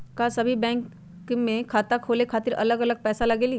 का सभी बैंक में खाता खोले खातीर अलग अलग पैसा लगेलि?